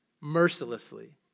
mercilessly